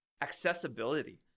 accessibility